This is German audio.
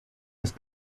ist